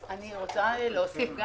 רוצה להוסיף,